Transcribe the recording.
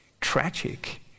tragic